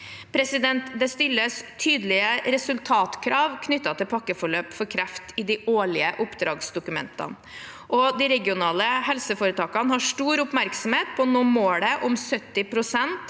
pakkeforløp. Det stilles tydelige resultatkrav knyttet til pakkeforløp for kreft i de årlige oppdragsdokumentene. De regionale helseforetakene har stor oppmerksomhet på å nå målet om at 70 pst.